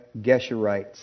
Geshurites